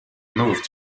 move